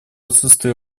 отсутствия